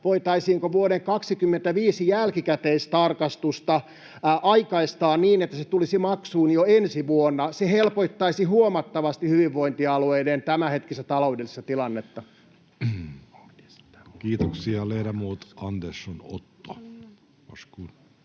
voitaisiinko vuoden 25 jälkikäteistarkastusta aikaistaa niin, että se tulisi maksuun jo ensi vuonna. Se helpottaisi huomattavasti hyvinvointialueiden tämänhetkistä taloudellista tilannetta. [Speech 165] Speaker: Jussi